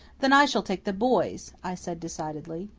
then i shall take the boys, i said decidedly.